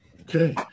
Okay